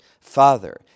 father